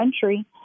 country